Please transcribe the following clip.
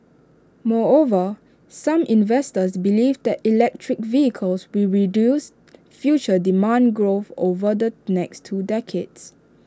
moreover some investors believe that electric vehicles will reduce future demand growth over the next two decades